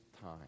time